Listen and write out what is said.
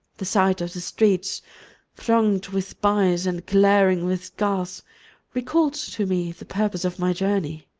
the sight of the streets thronged with buyers and glaring with gas recalled to me the purpose of my journey.